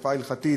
השקפה הלכתית,